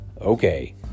okay